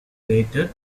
rated